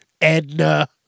Edna